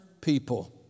people